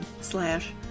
slash